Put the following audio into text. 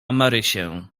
marysię